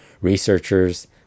researchers